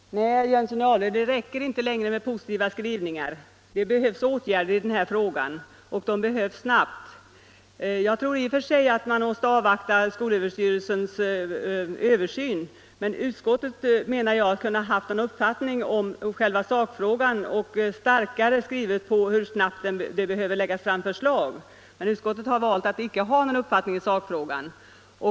Herr talman! Nej, herr Jönsson i Arlöv, det räcker inte längre med positiva skrivningar. Det behövs åtgärder i den här frågan, och de behövs snabbt. Jag tror i och för sig att man måste avvakta skolöverstyrelsens översyn, men jag menar att utskottet hade kunnat ha en uppfattning i själva sakfrågan och starkare understrukit att det snabbt bör läggas fram förslag. Men utskottet har valt att icke ha någon uppfattning i sakfrågan.